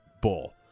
bull